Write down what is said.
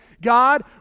God